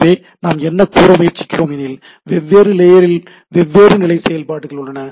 எனவே நாம் என்ன கூற முயற்சிக்கிறோம் எனில் வெவ்வேறு லேயரில் வெவ்வேறு நிலை செயல்பாடுகள் உள்ளன